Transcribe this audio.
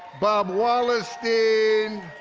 bob wallerstein,